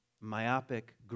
myopic